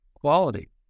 quality